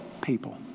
people